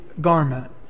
garment